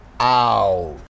ow